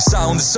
Sound